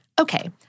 okay